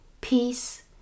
peace